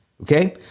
okay